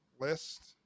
list